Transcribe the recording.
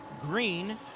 green